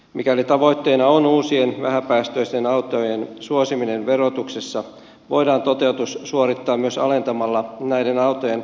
mikäli tavoitteena on uusien vähäpäästöisten autojen suosiminen verotuksessa voidaan toteutus suorittaa myös alentamalla näiden autojen autoverotusta